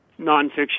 Nonfiction